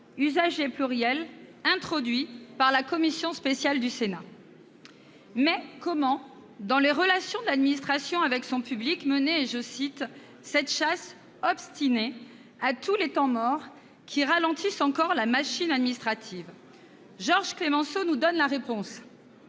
dans le présent texte par la commission spéciale du Sénat. Mais, dans les relations de l'administration avec son public, comment mener cette « chasse obstinée à tous les temps morts qui ralentissent encore la machine administrative »? Georges Clemenceau nous donne la réponse